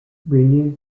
renewed